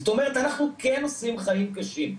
זאת אומרת, אנחנו כן עושים חיים קשים.